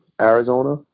Arizona